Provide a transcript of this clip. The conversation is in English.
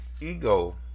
Ego